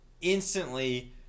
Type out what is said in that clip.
instantly